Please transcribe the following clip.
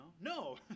No